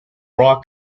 raw